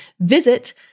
visit